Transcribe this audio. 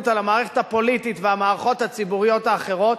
על המערכת הפוליטית והמערכות הציבוריות האחרות,